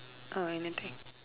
oh anything